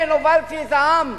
כן, הובלתי את העם